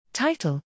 Title